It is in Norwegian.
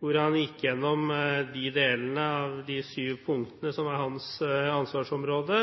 der han gikk gjennom de delene av de syv punktene som er hans ansvarsområde